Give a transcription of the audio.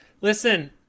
Listen